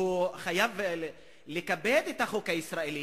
שהוא חייב לכבד את החוק הישראלי,